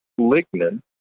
lignin